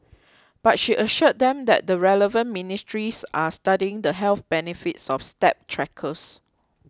but she assured them that the relevant ministries are studying the health benefits of step trackers